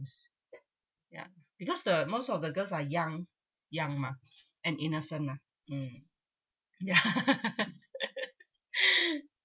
ya because the most of the girls are young young mah and innocent mah mm ya